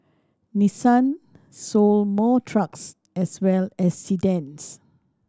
Nissan sold more trucks as well as sedans